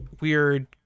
weird